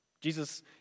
Jesus